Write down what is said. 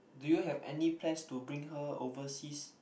do you have any plans to bring her overseas